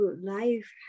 life